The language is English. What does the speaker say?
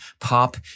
pop